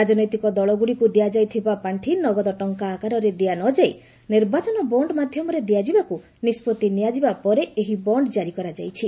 ରାଜନୈତିକ ଦଳଗୁଡ଼ିକୁ ଦିଆଯାଉଥିବା ପାଣ୍ଠି ନଗଦ ଟଙ୍କା ଆକାରରେ ଦିଆ ନ ଯାଇ ନିର୍ବାଚନ ବଣ୍ଡ୍ ମାଧ୍ୟମରେ ଦିଆଯିବାକୁ ନିଷ୍ପଭି ନିଆଯିବା ପରେ ଏହି ବଣ୍ଡ୍ ଜାରି କରାଯାଇଛି